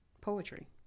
poetry